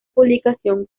publicación